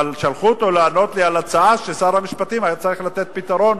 אבל שלחו אותו לענות לי על הצעה ששר המשפטים היה צריך לתת לה פתרון,